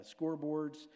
scoreboards